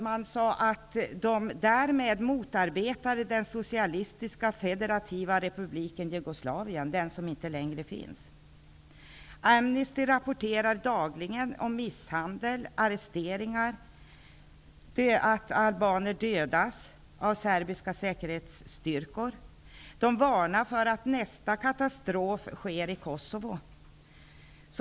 Man sade att de därmed motarbetade den socialistiska fedrativa republiken Jugoslavien -- den som inte längre finns. Amnesty rapporterar dagligen om misshandel och arresteringar och om att albaner dödats av serbiska säkerhetsstyrkor. Amnesty varnar för att nästa katastrof sker i Kosovo.